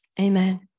Amen